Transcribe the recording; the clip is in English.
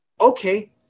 okay